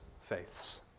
faiths